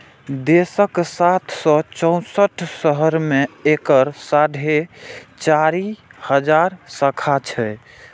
देशक सात सय चौंसठ शहर मे एकर साढ़े चारि हजार शाखा छै